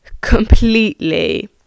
completely